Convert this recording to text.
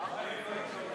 התשע"ה 2015,